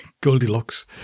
Goldilocks